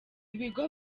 bigo